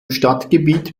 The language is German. stadtgebiet